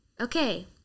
okay